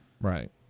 Right